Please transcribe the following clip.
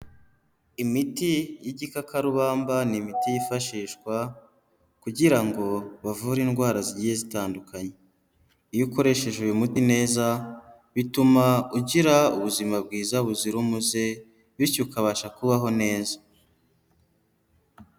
Imiti y'igikakarubamba ni imiti yifashishwa kugira ngo bavure indwara zigiye zitandukanye, iyo ukoresheje uyu muti neza bituma ugira ubuzima bwiza buzira umuze bityo ukabasha kubaho neza.